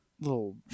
little